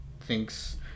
Thinks